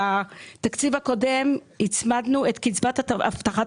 בתקציב הקודם הצמדנו את קצבת הבטחת